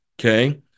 okay